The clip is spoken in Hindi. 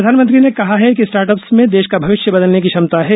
प्रधानमंत्री ने कहा है कि स्टार्टअप में देश का भविष्य बदलने की क्षमता है